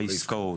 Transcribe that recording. העסקאות,